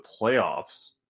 playoffs